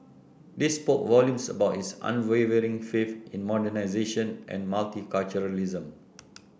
this spoke volumes about his unwavering faith in modernisation and multiculturalism